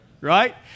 right